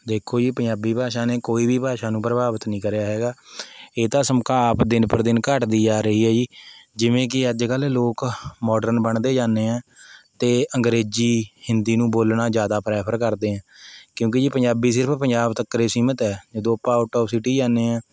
ਦੇਖੋ ਜੀ ਪੰਜਾਬੀ ਭਾਸ਼ਾ ਨੇ ਕੋਈ ਵੀ ਭਾਸ਼ਾ ਨੂੰ ਪ੍ਰਭਾਵਿਤ ਨਹੀਂ ਕਰਿਆ ਹੈਗਾ ਇਹ ਤਾਂ ਸਮਕਾ ਆਪ ਦਿਨ ਪਰ ਦਿਨ ਘੱਟਦੀ ਜਾ ਰਹੀ ਹੈ ਜੀ ਜਿਵੇਂ ਕੀ ਅੱਜ ਕੱਲ੍ਹ ਲੋਕ ਮੋਡਰਨ ਬਣਦੇ ਜਾਨੇ ਆ ਅਤੇ ਅੰਗਰੇਜ਼ੀ ਹਿੰਦੀ ਨੂੰ ਬੋਲਣਾ ਜਿਆਦਾ ਪ੍ਰੈਫਰ ਕਰਦੇ ਆ ਕਿਉਂਕੀ ਜੀ ਪੰਜਾਬੀ ਸਿਰਫ਼ ਪੰਜਾਬ ਤੱਕਰ ਹੈ ਸੀਮਿਤ ਹੈ ਜਦੋਂ ਆਪਾਂ ਆਊਟ ਔਫ ਸਿਟੀ ਜਾਨੇ ਹਾਂ